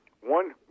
One